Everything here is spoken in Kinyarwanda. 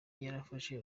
yarafashe